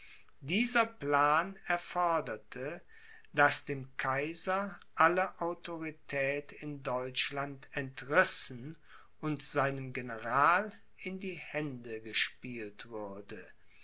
dieser plan erforderte daß dem kaiser alle autorität in deutschland entrissen und seinem general in die hände gespielt würde